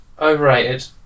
overrated